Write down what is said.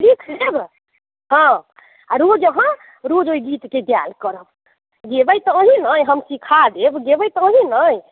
लिख लेब हँ आ रोज अहाँ रोज ओहि गीतके गायल करब गेबै तहन ने हम सिखायब गेबै तहने ने